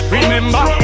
Remember